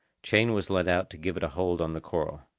chain was let out to give it a hold on the coral.